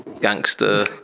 gangster